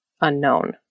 unknown